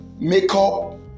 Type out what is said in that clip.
makeup